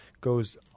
goes